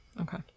Okay